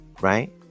right